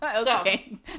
okay